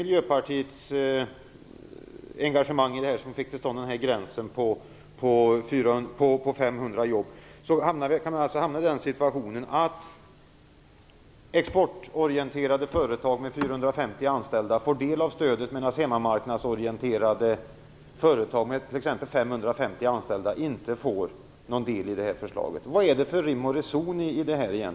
Miljöpartiets engagemang i den här saken - det var det som resulterade i gränsen på 500 jobb - kan alltså medföra att exportorienterade företag med 450 anställda får del av stödet medan hemmamarknadsorienterade företag med 550 anställda inte får det. Vad är det för rim och reson i det,